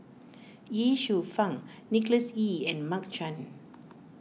Ye Shufang Nicholas Ee and Mark Chan